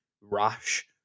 rash